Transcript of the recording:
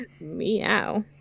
meow